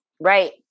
Right